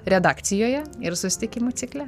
redakcijoje ir susitikimų cikle